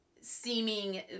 seeming